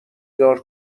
دار